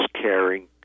caring